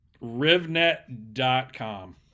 Rivnet.com